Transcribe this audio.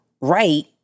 right